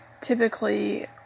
typically